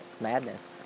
madness